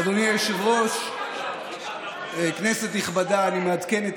אדוני היושב-ראש, כנסת נכבדה' אני מעדכן את